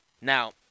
Now